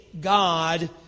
God